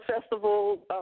festival